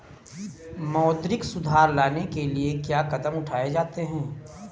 मौद्रिक सुधार लाने के लिए क्या कदम उठाए जाते हैं